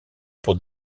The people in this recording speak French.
pour